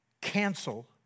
cancel